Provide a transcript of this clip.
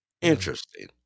Interesting